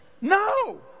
No